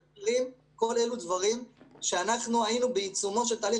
כל אלו דברים שהיינו בעיצומו של תהליך,